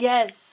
Yes